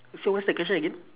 so what is the question again